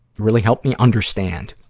really helped me understand,